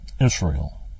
Israel